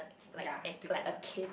ya together